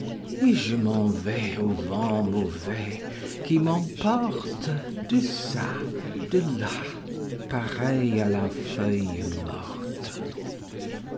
et je m'en vais au vent mauvais qui m'emporte deçà delà pareil à la feuille morte